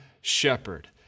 shepherd